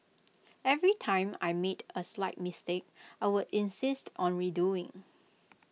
every time I made A slight mistake I would insist on redoing